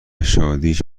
شادیش